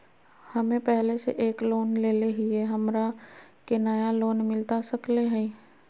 हमे पहले से एक लोन लेले हियई, हमरा के नया लोन मिलता सकले हई?